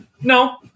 No